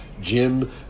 Jim